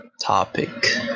topic